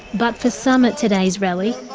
but for some at today's rally,